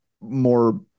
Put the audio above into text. more